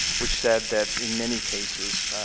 which said that in many cases,